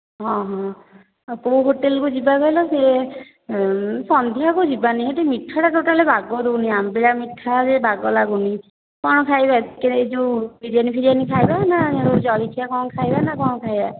ହଁ ହଁ ଆଉ କେଉଁ ହୋଟେଲ୍କୁ ଯିବା କହିଲ ସେ ସନ୍ଧ୍ୟାକୁ ଯିବାନି ସେଇଠି ମିଠାଟା ଟୋଟାଲ୍ ବାଗ ଦେଉନି ଆମ୍ବିଳା ମିଠା ଯେ ବାଗ ଲାଗୁନି କ'ଣ ଖାଇବା କେ ଏ ଯେଉଁ ବିରିୟାନି ଫିରିୟାନି ଖାଇବା ନା ଜଳଖିଆ କ'ଣ ଖାଇବା ନା କ'ଣ ଖାଇବା